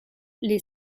les